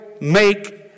make